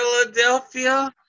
Philadelphia